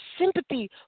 sympathy